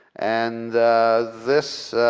and this,